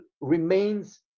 remains